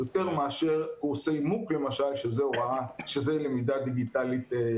יותר מאשר קורסי MOOC למשל שזה למידה דיגיטלית פר-אקסלנס.